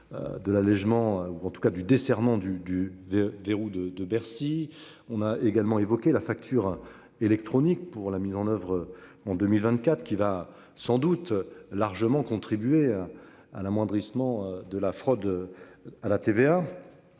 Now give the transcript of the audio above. De l'allégement ou en tout cas du desserrement du du de, des roues de de Bercy. On a également évoqué la facture électronique pour la mise en oeuvre en 2024 qui va sans doute largement contribué. À l'amoindrissement de la fraude. À la TVA.